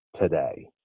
today